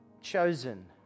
chosen